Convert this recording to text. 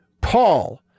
Paul